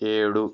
ఏడు